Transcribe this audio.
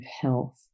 health